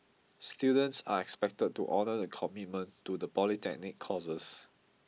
students are expected to honour the commitment to the polytechnic courses